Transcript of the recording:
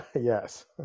yes